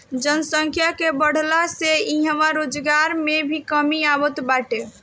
जनसंख्या के बढ़ला से इहां रोजगार में भी कमी आवत जात बाटे